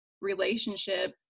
relationship